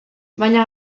baina